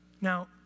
Now